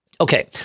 Okay